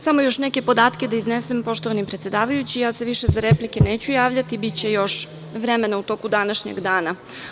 Samo još neke podatke da iznesem poštovani predsedavajući, i ja se više za replike neću javljati, biće još vremena u toku današnjeg dana.